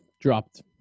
dropped